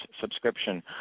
subscription